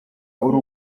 uri